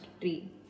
tree